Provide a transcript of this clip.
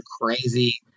crazy